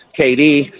KD